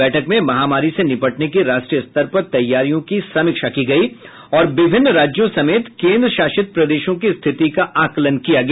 बैठक में महामारी से निपटने की राष्ट्रीय स्तर पर तैयारियों की समीक्षा की गई और विभिन्न राज्यों समेत केंद्र शासित प्रदेशों की स्थिति का आकलन किया गया